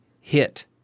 hit